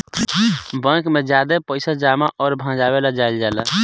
bank में ज्यादे पइसा जमा अउर भजावे ला जाईल जाला